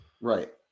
Right